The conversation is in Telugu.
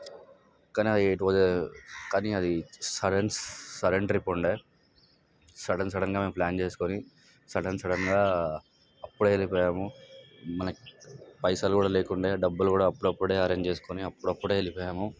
కానీ ఇట్ వాస్ ఏ కానీ అది సడన్స్ సడన్ ట్రిప్ ఉండే సడన్ సడన్గా మేం ప్లాన్ చేస్కోని సడన్ సడన్గా అప్పుడే వెళ్ళిపోయాము మన పైసలు కూడా లేకుండా డబ్బులు కూడా అప్పుడప్పుడే అరేంజ్ చేస్కోని అప్పుడప్పుడే వెళ్ళిపోయాము